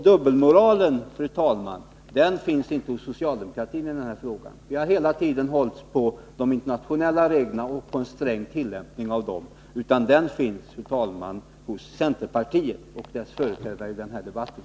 Dubbelmoralen, fru talman, finns inte hos socialdemokratin i den här frågan. Vi har hela tiden hållit oss till de internationella reglerna och till en sträng tillämpning av dem. Dubbelmoralen, fru talman, finns hos centerpartiet och dess företrädare i den här debatten.